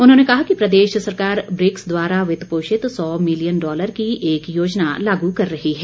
उन्होंने कहा कि प्रदेश सरकार ब्रिक्स द्वारा वित्त पोषित सौ मिलियन डॉलर की एक योजना लागू कर रही है